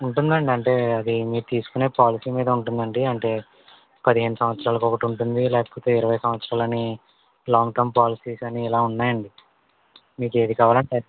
ఉంటుందండి అంటే అది మీరు తీసుకునే పాలసీ మీద ఉంటుందండి అంటే పదిహేను సంవత్సరాలకి ఒకటి ఉంటుంది లేకపోతే ఇరవై సంవత్సరాలని లాంగ్ టర్మ్ పాలసీస్ అని ఇలా ఉన్నాయండి మీకు ఏది కావాలంటే అది